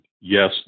yes